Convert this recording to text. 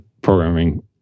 programming